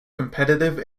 competitive